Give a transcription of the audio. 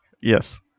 Yes